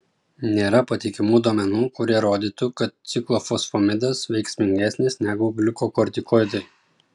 nėra patikimų duomenų kurie rodytų kad ciklofosfamidas veiksmingesnis negu gliukokortikoidai